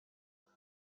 else